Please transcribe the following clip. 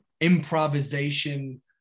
improvisation –